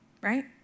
right